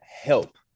help